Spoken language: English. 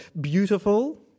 beautiful